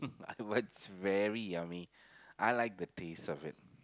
but it was very yummy I like the taste of it